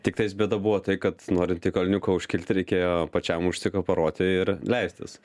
tiktais bėda buvo tai kad norint į kalniuką užkilti reikėjo pačiam užsikabaroti ir leistis